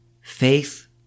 Faith